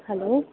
hello